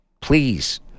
Please